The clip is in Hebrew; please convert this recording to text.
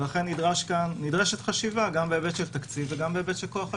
לכן נדרשת חשיבה גם בהיבט של תקציב וגם בהיבט של כוח אדם,